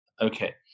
Okay